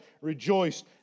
rejoiced